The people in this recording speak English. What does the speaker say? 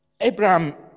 Abraham